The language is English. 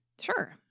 Sure